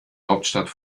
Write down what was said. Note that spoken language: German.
hauptstadt